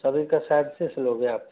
सब एक का साइज़ से सिलोगे आप